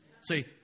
See